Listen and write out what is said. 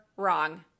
wrong